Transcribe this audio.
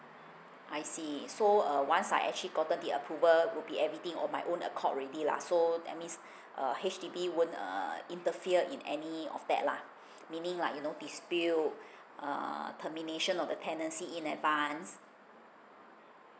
I see so uh once I actually gotten the approval would be everything on my own accord already lah so that means err H_D_B won't uh interfere in any of that lah meaning like you know dispute uh termination of the tenancy in advance